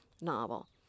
novel